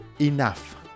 enough